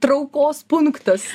traukos punktas